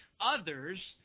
others